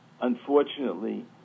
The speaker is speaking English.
unfortunately